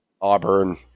Auburn